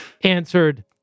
answered